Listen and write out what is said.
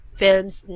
films